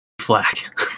flack